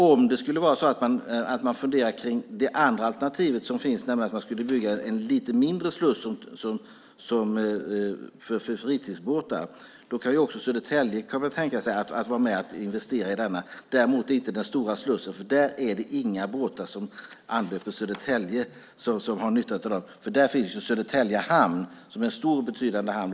Om man funderar på det andra alternativ som finns, nämligen att man skulle bygga en lite mindre sluss för fritidsbåtar, då kan också Södertälje tänka sig att vara med och investera i denna, däremot inte i den stora slussen eftersom det inte är några båtar som anlöper Södertälje som har nytta av den. Där finns ju Södertälje hamn som är en stor och betydande hamn.